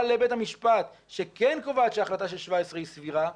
לבית המשפט שכן קובעת שהחלטה 2017 היא סבירה,